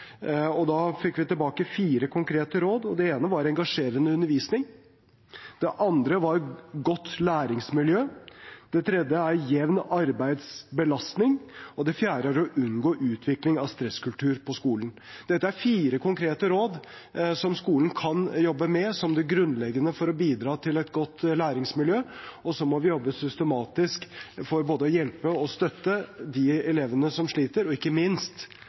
Da fikk vi tilbake fire konkrete råd. Det ene er engasjerende undervisning. Det andre er godt læringsmiljø. Det tredje er jevn arbeidsbelastning. Det fjerde er å unngå utvikling av stresskultur på skolen. Dette er fire konkrete råd som skolen kan jobbe med som det grunnleggende for å bidra til et godt læringsmiljø. Så må vi jobbe systematisk for å både hjelpe og støtte de elevene som sliter. Ikke minst